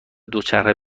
دوچرخه